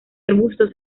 arbustos